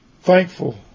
thankful